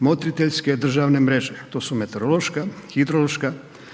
motriteljske državne mreže, to su meteorološka, hidrološka,